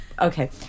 okay